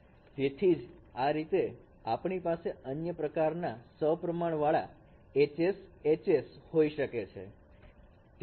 તેથી આ જ રીતે આપણી પાસે અન્ય પ્રકારના સપ્રમાણતા વાળા HSHS હોઈ શકે છે